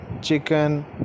chicken